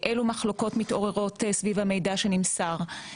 אילו מחלוקות מתעוררת סביב המידע שנמסר?